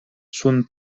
son